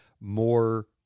more